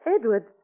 Edward